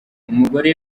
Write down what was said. umugore